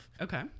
Okay